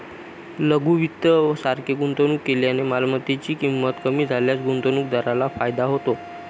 लघु वित्त सारखे गुंतवणूक केल्याने मालमत्तेची ची किंमत कमी झाल्यास गुंतवणूकदाराला फायदा होतो